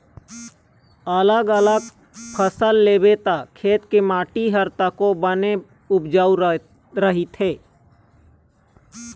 अलग अलग फसल लेबे त खेत के माटी ह तको बने उपजऊ रहिथे